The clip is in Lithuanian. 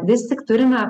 vis tik turime